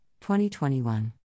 2021